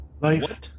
Life